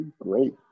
great